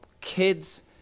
kids